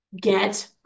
Get